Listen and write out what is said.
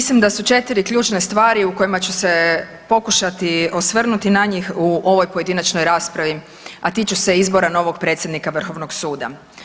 Mislim da su 4 ključne stvari u kojima ću se pokušati osvrnuti na njih u ovoj pojedinačnoj raspravi, a tiču se izbora novog predsjednika vrhovnog suda.